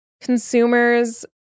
consumers